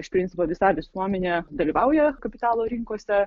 iš principo visa visuomenė dalyvauja kapitalo rinkose